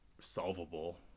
solvable